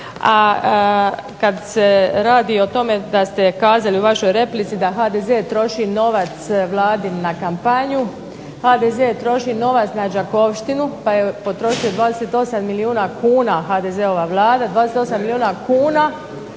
A kada se radi o tome da ste kazali u vašoj replici da HDZ troši vladin novac na kampanju, HDZ troši novac na Đakovštinu pa je potrošio 28 milijuna kuna HDZ-ova vlada, 28 milijuna kuna